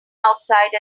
outside